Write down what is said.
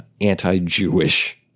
anti-Jewish